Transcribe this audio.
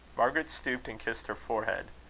margaret stooped and kissed her forehead.